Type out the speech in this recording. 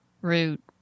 Root